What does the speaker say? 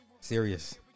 Serious